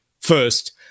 first